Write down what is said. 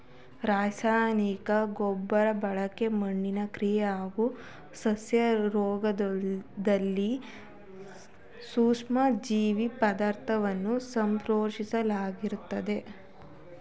ರಾಸಾಯನಿಕ ಗೊಬ್ರಬಳಕೆ ಮಣ್ಣಿನ ಕ್ರಿಯೆ ಹಾಗೂ ಸಸ್ಯರೋಗ್ದಲ್ಲಿ ಸೂಕ್ಷ್ಮಜೀವಿ ಪಾತ್ರವನ್ನ ಸಂಶೋದಿಸ್ಲಾಗಿದೆ